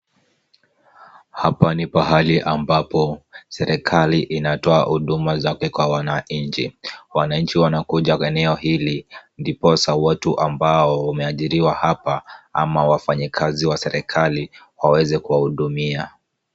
Hapa ni pahali ambapo serikali inatoa huduma zake kwa wananchi. Wananchi wanakuja eneo hili ndiposa watu ambao wameajiriwa hapa ama wafanyikazi wa serikali waweze kuwahudumia.